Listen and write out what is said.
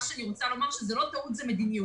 אני רוצה לומר שזה לא טעות אלא זה מדיניות.